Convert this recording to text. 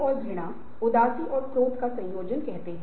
और हर बार एक नया मॉड्यूल पेश किया जाता है